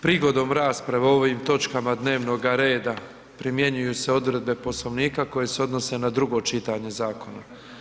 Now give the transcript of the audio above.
Prigodom rasprave o ovim točkama dnevnoga reda primjenjuju se odredbe Poslovnika koje se odnose ne drugo čitanje zakona.